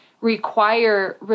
require